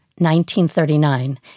1939